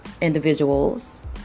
individuals